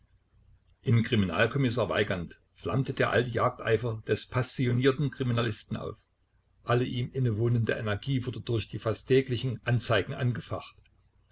in kriminalkommissar weigand flammte der alte jagdeifer des passionierten kriminalisten auf alle ihm innewohnende energie wurde durch die fast täglichen anzeigen angefacht